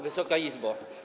Wysoka Izbo!